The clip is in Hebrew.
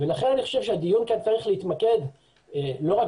לכן אני חושב שהדיון כאן צריך להתמקד לא רק